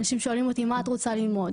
אנשים שואלים אותי מה את רוצה ללמוד